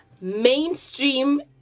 Mainstream